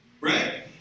right